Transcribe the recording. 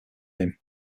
him